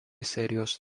serijos